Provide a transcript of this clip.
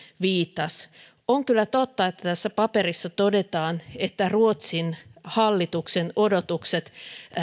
viittasi on kyllä totta että tässä paperissa todetaan että ruotsin hallituksen odotukset